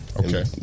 Okay